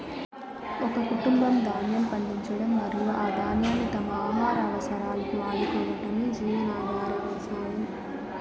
ఒక కుటుంబం ధాన్యం పండించడం మరియు ఆ ధాన్యాన్ని తమ ఆహార అవసరాలకు వాడుకోవటమే జీవనాధార వ్యవసాయం